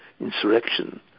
insurrection